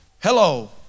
Hello